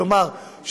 כלומר,